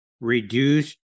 reduced